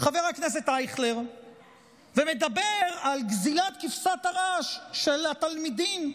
חבר הכנסת אייכלר ומדבר על גזלת כבשת הרש של התלמידים,